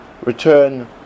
return